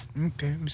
Okay